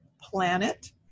planet